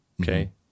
okay